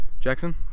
Jackson